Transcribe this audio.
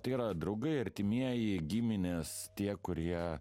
tai yra draugai artimieji giminės tie kurie